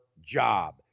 job